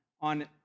on